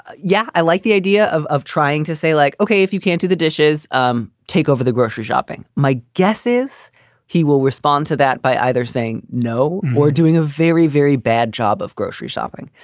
ah yeah, i like the idea of of trying to say like, ok, if you can't do the dishes, um take over the grocery shopping. my guess is he will respond to that by either saying no more doing a very, very bad job of grocery shopping.